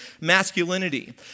masculinity